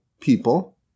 people